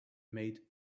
made